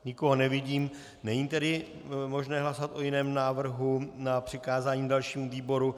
Nikoho nevidím, není tedy možné hlasovat o jiném návrhu na přikázání dalšímu výboru.